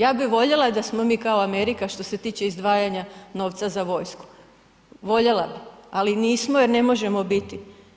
Ja bi voljela da smo mi kao Amerika što se tiče izdvajanja novca za vojsku, voljela bi, ali nismo jer ne možemo biti.